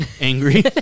angry